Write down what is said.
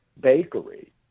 bakery